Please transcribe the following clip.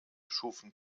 schufen